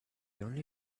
only